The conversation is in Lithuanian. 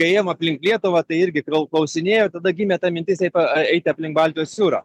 kai ėjom aplink lietuvą tai irgi daug klausinėjo kada gimė ta mintis apie eiti aplink baltijos jūrą